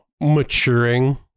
maturing